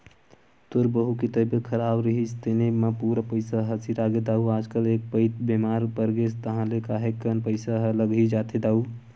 तोर बहू के तबीयत खराब रिहिस तेने म पूरा पइसा ह सिरागे दाऊ आजकल एक पइत बेमार परगेस ताहले काहेक कन पइसा ह लग ही जाथे दाऊ